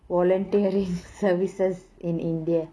voluntary services in india